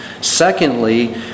Secondly